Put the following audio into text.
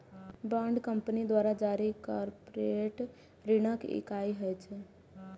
bond company द्वारा जारी corporate ऋणक इकाइ होइ छै